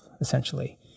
essentially